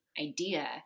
idea